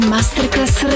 Masterclass